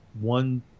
one